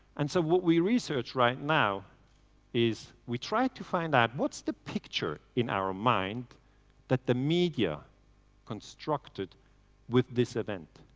and so what we research right now is we try to find out what's the picture in our mind that the media constructed with this event.